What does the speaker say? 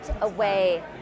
away